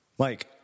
Mike